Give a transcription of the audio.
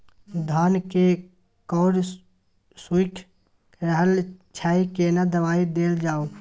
धान के कॉर सुइख रहल छैय केना दवाई देल जाऊ?